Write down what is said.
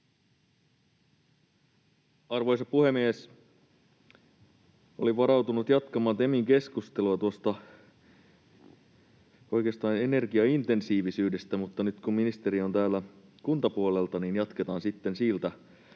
Arvoisa puhemies! Olin varautunut jatkamaan TEMin keskustelua oikeastaan tuosta energiaintensiivisyydestä, mutta nyt kun ministeri on kuntapuolelta, niin jatketaan sitten siitä.